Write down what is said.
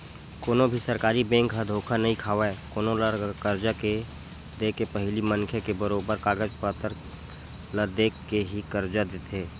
कोनो भी सरकारी बेंक ह धोखा नइ खावय कोनो ल करजा के देके पहिली मनखे के बरोबर कागज पतर ल देख के ही करजा देथे